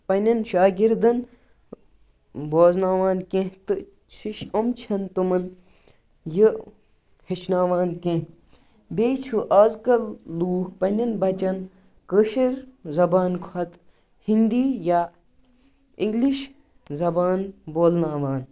پَننٮ۪ن شاگِردَن بوزناوان کیٚنٛہہ تہِ چھِ یِم چھِنہٕ تمَن یہِ ہیٚچھناوان کیٚنٛہہ بیٚیہِ چھُ آز کَل لوٗکھ پَننٮ۪ن بَچَن کٲشِر زبانہِ کھۄتہٕ ہندی یا اِنگلِش زبان بولناوان